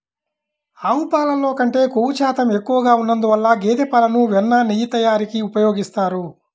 ఆవు పాలల్లో కంటే క్రొవ్వు శాతం ఎక్కువగా ఉన్నందువల్ల గేదె పాలను వెన్న, నెయ్యి తయారీకి ఉపయోగిస్తారు